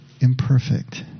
imperfect